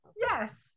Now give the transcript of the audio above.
Yes